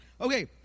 Okay